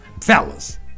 Fellas